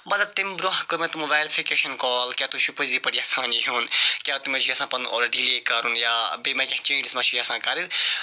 مَطلَب تَمہِ برونٛہہ کٔر مےٚ تِمو ویرفِکیشَن کال کیاہ تُہۍ چھو پٔزی پٲٹھۍ یَژھان یہِ ہیوٚن کیٛاہ تُہۍ ما چھِو یَژھان پَنُن آرڈر ڈِلے کَرُن یا بیٚیہِ ما کینٛہہ چینٛجس ما چھُو یَژھان کَرٕنۍ